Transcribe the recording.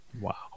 Wow